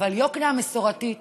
אבל יקנעם מסורתית,